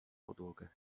podłogę